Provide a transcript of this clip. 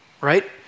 right